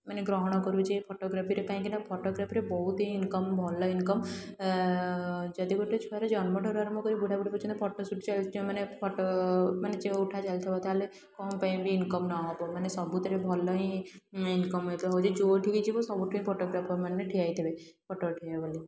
ମାନେ ଗ୍ରହଣ କରୁଛି ଫଟୋଗ୍ରାଫିରେ କାହିଁକିନା ଫଟୋଗ୍ରାଫିରେ ବହୁତ ହିଁ ଇନକମ୍ ଭଲ ଇନକମ୍ ଯଦି ଗୋଟେ ଛୁଆର ଜନ୍ମଠାରୁ ଆରମ୍ଭକରି ବୁଢ଼ାବୁଢ଼ୀ ପର୍ଯ୍ୟନ୍ତ ଫଟୋସୁଟ୍ ଚାଲିଥିବ ମାନେ ଫଟୋ ମାନେ ଯେଉଁ ଉଠା ଚାଲିଥିବ ତା'ହେଲେ କ'ଣ ପାଇଁ ବି ଇନକମ୍ ନ ହେବ ମାନେ ସବୁଥିରେ ଭଲ ହିଁ ଇନକମ୍ ହେଉଛି ଯେଉଁଠିକି ଯିବୁ ସବୁଠି ଫୋଟଗ୍ରାଫର ମାନେ ଠିଆ ହେଇଥିବେ ଫଟୋ ଉଠେଇବେ ବୋଲି ହେବ